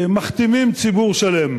מכתימים ציבור שלם,